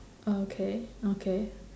okay okay